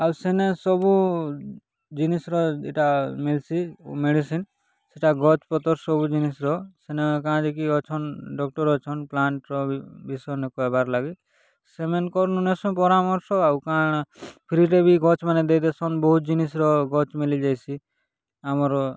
ଆଉ ସେନେ ସବୁ ଜିନିଷ୍ର ଏଇଟା ମିଲିଛି ମେଡ଼ିସିନ୍ ସେଇଟା ଗଛ୍ ପତ୍ର ସବୁ ଜିନିଷ୍ର ସେନେ ଗାଁରେ କି ଅଛନ୍ ଡକ୍ଟର୍ ଅଛନ୍ ପ୍ଲାଣ୍ଟର ଭି ବିଷୟରେ କହିବାର୍ ଲାଗି ସେମାନଙ୍କର୍ ପରାମର୍ଶ ଆଉ କାଣା ଫ୍ରିରେ ବି ଗଛ୍ ମାନ ଦେଇଦେସନ୍ ବହୁତ୍ ଜିନିଷ୍ର ଗଛ୍ ମିଲିଯାଇସି ଆମର